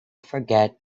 forget